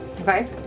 Okay